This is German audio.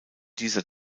dieser